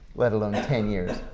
let alone ten years.